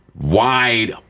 wide